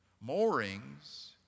Moorings